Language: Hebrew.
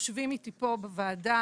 יושבים איתי פה בוועדה,